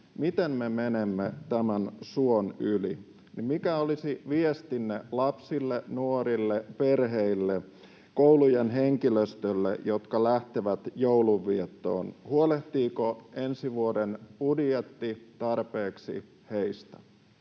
Miten me menemme tämän suon yli? Mikä olisi viestinne lapsille, nuorille, perheille ja koulujen henkilöstölle, jotka lähtevät joulunviettoon? Huolehtiiko ensi vuoden budjetti tarpeeksi heistä?